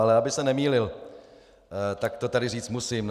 Ale aby se nemýlil, tak to tady říct musím.